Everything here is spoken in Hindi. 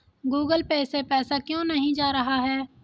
गूगल पे से पैसा क्यों नहीं जा रहा है?